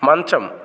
మంచం